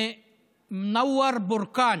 במנאוור בורקאן,